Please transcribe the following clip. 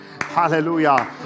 Hallelujah